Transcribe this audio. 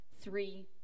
three